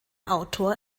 autor